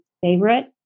favorite